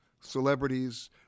celebrities